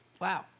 Wow